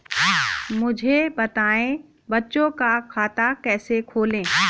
मुझे बताएँ बच्चों का खाता कैसे खोलें?